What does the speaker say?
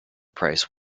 price